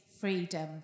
freedom